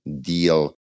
deal